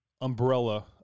umbrella